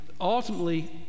ultimately